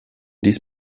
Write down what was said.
dies